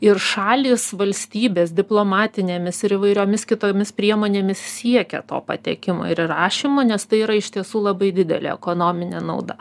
ir šalys valstybės diplomatinėmis ir įvairiomis kitomis priemonėmis siekia to patekimo ir įrašymo nes tai yra iš tiesų labai didelė ekonominė nauda